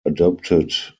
adopted